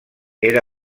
era